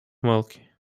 milk